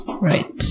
Right